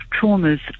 traumas